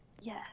Yes